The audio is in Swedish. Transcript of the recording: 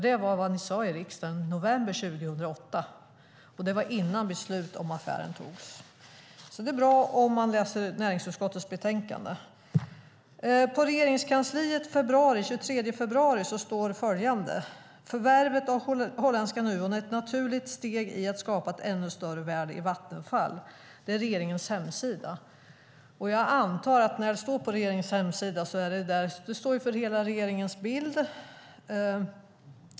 Det var innan beslutet om affären togs. Det är alltså bra att läsa näringsutskottets betänkande. Den 23 februari stod följande på Regeringskansliets hemsida: Förvärvet av holländska Nuon är ett naturligt steg i att skapa ett ännu större värde i Vattenfall. Jag antar att det som står på regeringens hemsida står för hela regeringen.